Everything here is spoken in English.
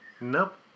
Nope